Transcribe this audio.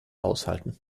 aushalten